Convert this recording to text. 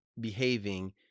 behaving